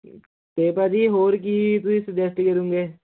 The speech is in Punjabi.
ਤੇ ਭਾਅ ਜੀ ਹੋਰ ਕੀ ਤੁਸੀਂ ਸਜੈਸਟ ਕਰੋਗੇ